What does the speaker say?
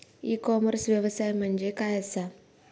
E commerce व्यवसाय म्हणजे काय असा?